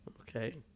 okay